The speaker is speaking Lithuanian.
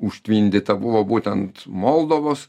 užtvindyta buvo būtent moldovos